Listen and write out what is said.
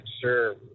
sure